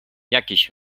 jakieś